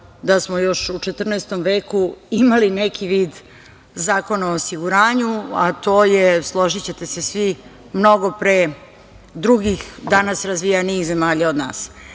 da smo još u 14. veku imali neki vid Zakona o osiguranju, a to je, složićete se svi, mnogo pre drugih, danas razvijenijih zemalja od nas.U